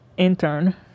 Intern